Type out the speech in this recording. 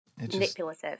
Manipulative